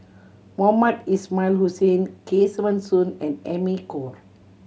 Mohamed Ismail Hussain Kesavan Soon and Amy Khor